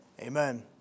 Amen